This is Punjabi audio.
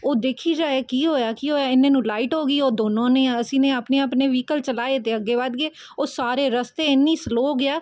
ਉਹ ਦੇਖੀ ਜਾਏ ਕੀ ਹੋਇਆ ਕੀ ਹੋਇਆ ਇੰਨੇ ਨੂੰ ਲਾਈਟ ਹੋ ਗਈ ਉਹ ਦੋਨਾਂ ਨੇ ਅਸੀਂ ਨੇ ਆਪਣੇ ਆਪਣੇ ਵਹੀਕਲ ਚਲਾਏ ਅਤੇ ਅੱਗੇ ਵੱਧ ਗਏ ਉਹ ਸਾਰੇ ਰਸਤੇ ਇੰਨੀ ਸਲੋਅ ਗਿਆ